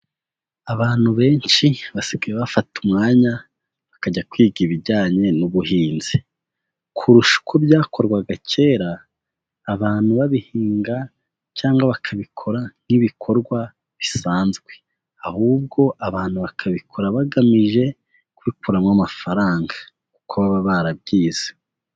Abantu benshi basigaye bafata umwanya bakajya kwiga ibijyanye n'ubuhinzi, kurusha uko byakorwaga kera, abantu babihinga cyangwa bakabikora nk'ibikorwa bisanzwe ahubwo abantu bakabikora bagamije kubikuramo amafaranga kuko baba barabyize.